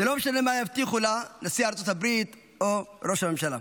ולא משנה מה הבטיחו לה נשיא ארצות הברית או ראש הממשלה.